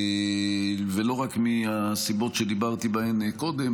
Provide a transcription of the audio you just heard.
ולא רק מהסיבות שדיברתי בהן קודם,